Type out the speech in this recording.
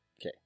Okay